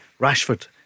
Rashford